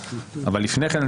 אבל לפני כן,